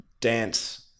dance